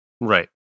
Right